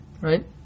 Right